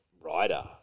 writer